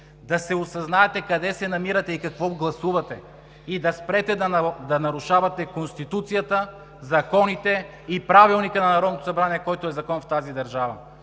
да се осъзнаете къде се намирате и какво гласувате, да спрете да нарушавате Конституцията, законите и Правилника на Народното събрание, който е Закон в тази държава.